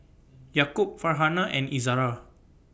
Yaakob Farhanah and Izara